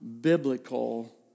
biblical